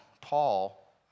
Paul